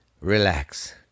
relax